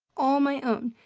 all my own,